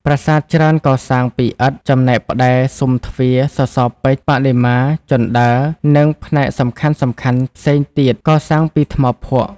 ប្រាសាទច្រើនកសាងពីឥដ្ឋ ចំណែកផ្តែរ ស៊ុមទ្វារ សសរពេជ្រ បដិមា ជណ្តើរ និង ផ្នែកសំខាន់ៗផ្សេងទៀតកសាងពីថ្មភក់។